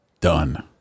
done